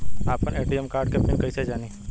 आपन ATM card के pin कईसे जानी?